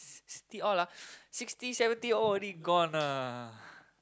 ci~ city all lah sixty seventy old already gone ah